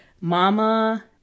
Mama